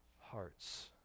hearts